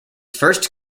first